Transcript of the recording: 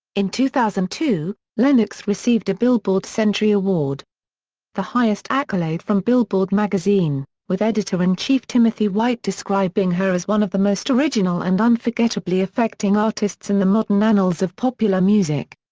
in two thousand and two, lennox received a billboard century award the highest accolade from billboard magazine, with editor-in-chief timothy white describing her as one of the most original and unforgettably affecting artists in the modern annals of popular music.